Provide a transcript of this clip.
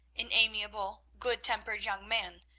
an amiable, good-tempered young man,